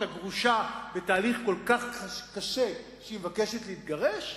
הגרושה בתהליך הכל כך קשה כשהיא מבקשת להתגרש?